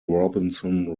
robinson